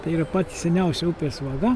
tai yra pati seniausia upės vaga